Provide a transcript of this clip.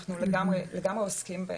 אנחנו לגמרי עוסקים בהם.